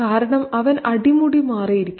കാരണം അവൻ അടിമുടി മാറിയിരിക്കുന്നു